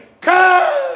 come